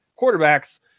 quarterbacks